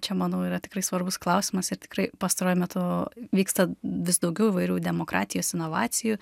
čia manau yra tikrai svarbus klausimas ir tikrai pastaruoju metu vyksta vis daugiau įvairių demokratijos inovacijų